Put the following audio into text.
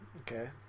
Okay